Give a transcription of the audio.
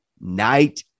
Night